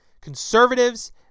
Conservatives